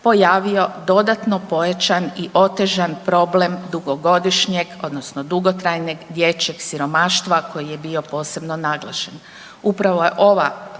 pojavio dodatno pojačan i otežan problem dugogodišnjeg odnosno dugotrajnog dječjeg siromaštva koji je bio posebno naglašen.